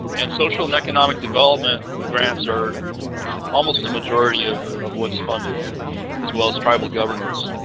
and social and economic development grants are almost the majority of of what's funded as well as tribal governance.